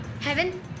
Heaven